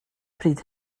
pryd